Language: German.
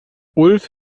ulf